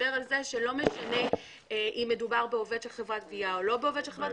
שלא משנה אם מדובר בעובד של חברת גבייה או לא בעובד של חברת